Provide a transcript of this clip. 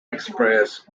express